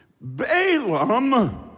Balaam